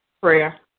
Prayer